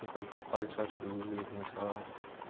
नेपालको कल्चरहरू हेर्नु छ